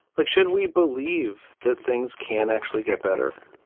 look, should we believe that things can actually get better?